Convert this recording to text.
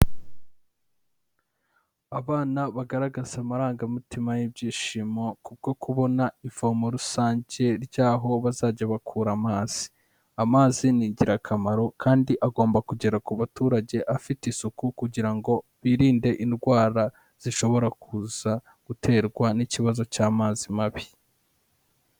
Abana bagaragaza amarangamutima y'ibyishimo kubwo kubona ivomo rusange ry'aho bazajya bakura amazi . Amazi ni ingirakamaro kandi agomba kugera ku baturage afite isuku kugira ngo birinde indwara zishobora kuza guterwa n'ikibazo cy'amazi mabi.